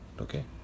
Okay